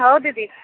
ହଉ ଦିଦି